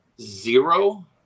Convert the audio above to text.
zero